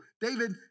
David